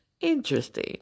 interesting